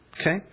Okay